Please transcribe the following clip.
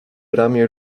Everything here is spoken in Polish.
ramię